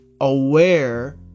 aware